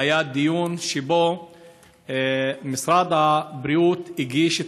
היה דיון שבו משרד הבריאות הציג את